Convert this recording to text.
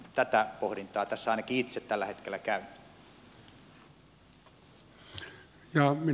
tätä pohdintaa tässä ainakin itse tällä hetkellä käyn